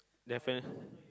defini~